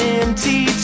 empty